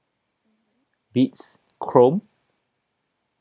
beats chrome